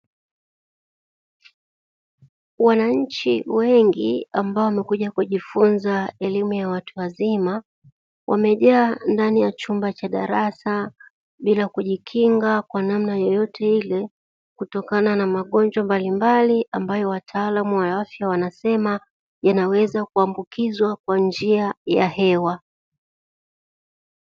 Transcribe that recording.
Wananchi wengi ambao wamekuja kujifunza elimu ya watu wazima, wamejaa ndani ya chumba cha darasa, bila kujikinga kwa namna yeyote ile kutokana na magonjwa mbalimbali ambayo wataalamu wa afya wanasema yanaweza kuambukizwa kwa njia ya hewa.